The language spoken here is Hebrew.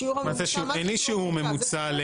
אין לי שיעור ממוצע,